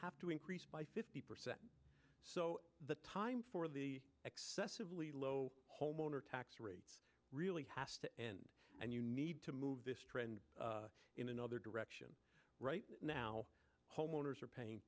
have to increase by fifty percent so the time for the excessively low homeowner tax rates really has to end and you need to move this trend in another direction right now homeowners are paying